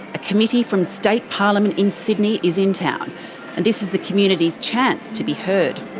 a committee from state parliament in sydney is in town, and this is the community's chance to be heard.